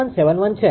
00171 છે